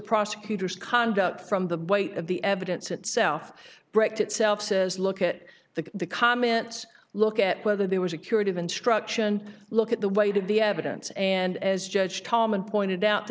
prosecutors conduct from the bite of the evidence itself brecht itself says look at the the comments look at whether there was a curative instruction look at the way to the evidence and as judge tolman pointed out t